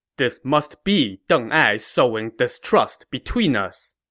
this must be deng ai sowing distrust between us.